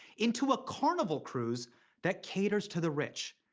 into a carnival cruise that caters to the rich.